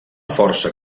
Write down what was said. força